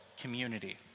community